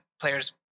players